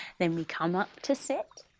then we come up to sit